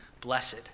blessed